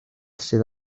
sydd